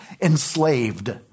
Enslaved